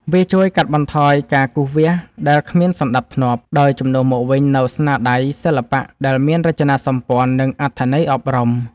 វាជួយកាត់បន្ថយការគូសវាសដែលគ្មានសណ្ដាប់ធ្នាប់ ដោយជំនួសមកវិញនូវស្នាដៃសិល្បៈដែលមានរចនាសម្ព័ន្ធ និងអត្ថន័យអប់រំ។